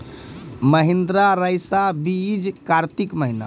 महिंद्रा रईसा बीज कार्तिक महीना?